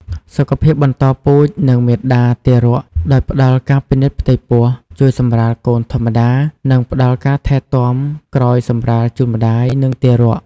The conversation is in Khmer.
សុខភាពបន្តពូជ និងមាតា-ទារក ដោយផ្តល់ការពិនិត្យផ្ទៃពោះ ជួយសម្រាលកូនធម្មតា និងផ្តល់ការថែទាំក្រោយសម្រាលជូនម្តាយ និងទារក។